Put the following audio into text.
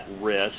risk